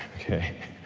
okay?